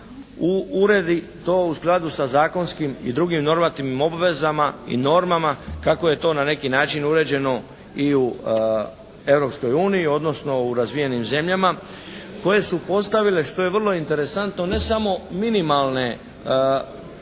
uredi to u skladu sa zakonskim i drugim normativnim obvezama i normama kako je to na neki način uređeno i u Europskoj uniji odnosno u razvijenim zemljama koje su postavile što je vrlo interesantno ne samo minimalne obveze